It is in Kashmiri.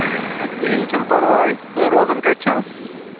اَ کِہیٖنۍ چھُنہٕ پَرواے تُہۍ روزان کَتہِ چھِو